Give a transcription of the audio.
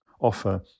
offer